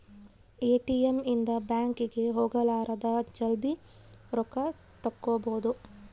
ATM ಇಂದ bank ಗೆ ಹೋಗಲಾರದ ಜಲ್ದೀ ರೊಕ್ಕ ತೆಕ್ಕೊಬೋದು